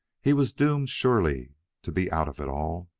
he was doomed surely to be out of it all.